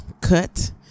cut